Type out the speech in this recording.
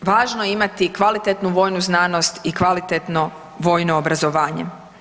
Doista važno je imati kvalitetnu vojnu znanost i kvalitetno vojno obrazovanje.